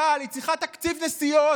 היא צריכה מנכ"ל, היא צריכה תקציב נסיעות.